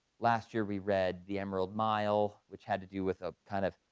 last year we read the emerald mile, which had to do with a kind of